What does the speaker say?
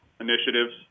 initiatives